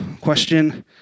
Question